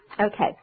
Okay